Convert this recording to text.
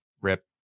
Rip